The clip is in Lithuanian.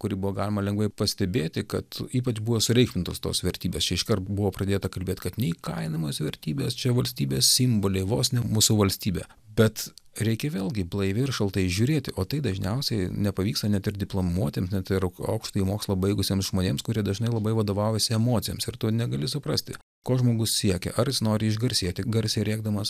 kurį buvo galima lengvai pastebėti kad ypač buvo sureikšmintos tos vertybės čia iškart buvo pradėta kalbėt kad neįkainojamos vertybės čia valstybės simboliai vos ne mūsų valstybė bet reikia vėlgi blaiviai ir šaltai žiūrėti o tai dažniausiai nepavyksta net ir diplomuotiems net ir aukštąjį mokslą baigusiems žmonėms kurie dažnai labai vadovaujasi emocijomis ir tu negali suprasti ko žmogus siekia ar jis nori išgarsėti garsiai rėkdamas